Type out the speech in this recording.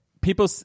people